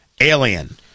Alien